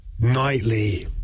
nightly